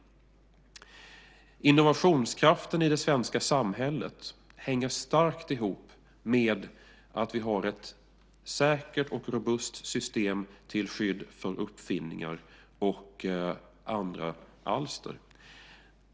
Innovationskraften i det svenska samhället hänger starkt ihop med att vi har ett säkert och robust system till skydd för uppfinningar och andra alster.